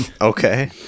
Okay